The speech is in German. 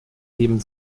eben